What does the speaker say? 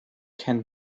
can